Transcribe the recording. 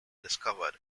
discover